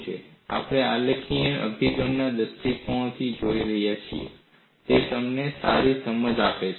આપણે આલેખીય અભિગમના દૃષ્ટિકોણથી જોઈ રહ્યા છીએ તે તમને સારી સમજ આપે છે